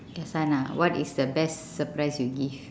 this one ah what is the best surprise you give